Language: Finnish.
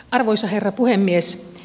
arvoisa herra puhemies